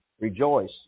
Rejoice